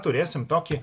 turėsim tokį